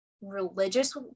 religious